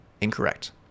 incorrect